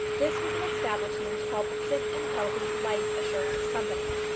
this was an establishment called the sick and healthy life assurance company,